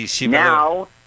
now